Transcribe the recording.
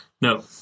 No